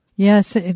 Yes